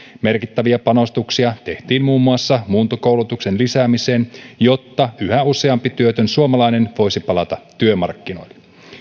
merkittäviä panostuksia tehtiin muun muassa muuntokoulutuksen lisäämiseen jotta yhä useampi työtön suomalainen voisi palata työmarkkinoille